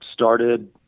started